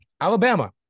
Alabama